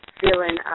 feeling